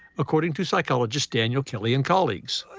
according to psychologist daniel kelly and colleagues.